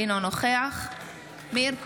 אינו נוכח מאיר כהן,